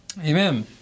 Amen